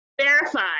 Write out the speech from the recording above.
Verify